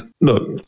look